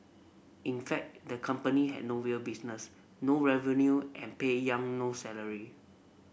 in fact the company had no real business no revenue and paid Yang no salary